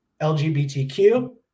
LGBTQ